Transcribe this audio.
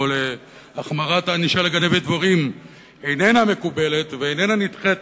להחמרת הענישה של גנבי דבורים איננה מקובלת ונדחית